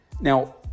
Now